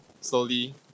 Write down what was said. slowly